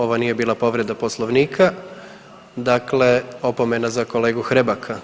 Ovo nije bila povreda poslovnika, dakle opomena za kolegu Hrebaka.